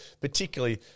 particularly